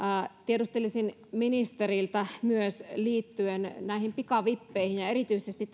tiedustelisin ministeriltä myös liittyen näihin pikavippeihin ja erityisesti